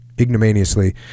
ignominiously